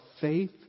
faith